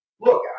look